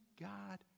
God